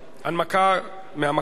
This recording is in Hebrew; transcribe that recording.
הודעה למזכיר הכנסת.